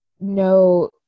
no